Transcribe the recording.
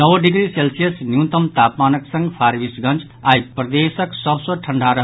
नओ degree Celsius न्यूनतम तापमानक संग फारबिसगंज आई प्रदेश सभ सँ ठंढ़ा रहल